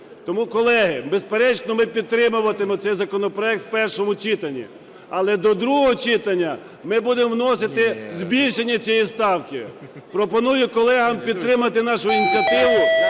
Тому, колеги, безперечно, ми підтримуватимемо цей законопроект у першому читанні, але до другого читання ми будемо вносити збільшення цієї ставки. Пропоную колегам підтримати нашу ініціативу